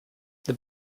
then